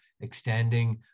extending